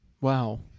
Wow